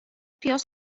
پیاز